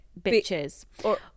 bitches